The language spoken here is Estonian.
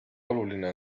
oluline